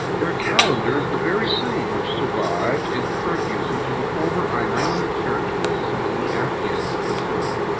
their calendar is the very same which survived in current usage in the former iranian territories among the afghans of the time.